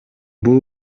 бул